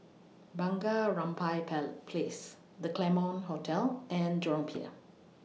Bunga Rampai pair Place The Claremont Hotel and Jurong Pier